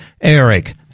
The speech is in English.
Eric